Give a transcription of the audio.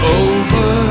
over